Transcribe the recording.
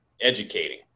educating